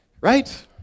right